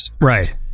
Right